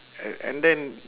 and and then